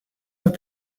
have